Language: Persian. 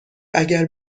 اگر